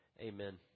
Amen